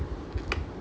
இந்த:intha picture